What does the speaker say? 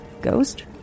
Ghost